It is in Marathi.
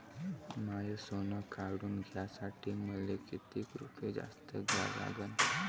माय सोनं काढून घ्यासाठी मले कितीक रुपये जास्त द्या लागन?